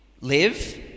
Live